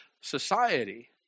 society